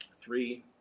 three